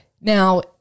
Now